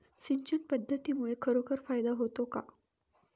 सिंचन पद्धतीमुळे खरोखर फायदा होतो का?